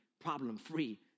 problem-free